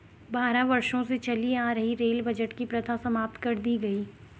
बारह वर्षों से चली आ रही रेल बजट की प्रथा समाप्त कर दी गयी